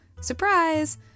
Surprise